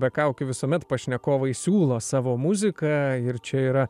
be kaukių visuomet pašnekovai siūlo savo muziką ir čia yra